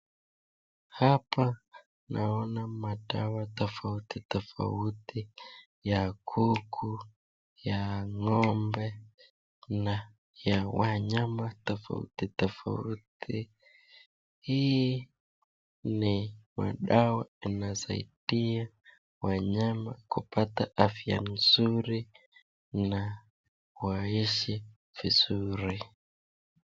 Hapa naona madawa tofauti tofauti ya kuku, ya ng'ombe na ya wanyama tofauti tofauti. Hii ni madawa yanayozaidia wanyama kupata afya mzuri na waishi vizuri.